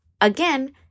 again